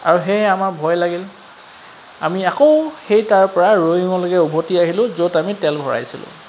আৰু সেয়ে আমাৰ ভয় লাগিল আমি আকৌ সেই তাৰপৰা ৰয়িঙলৈকে উভতি আহিলোঁ য'ত আমি তেল ভৰাইছিলোঁ